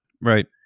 right